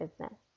business